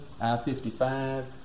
I-55